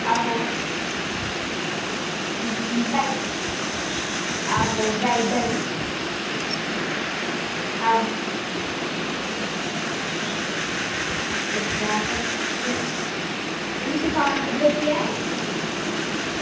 आहो आहो गाईडर आहो अच्छा अच्छा इंया दुकान कुद्धर जे ऐ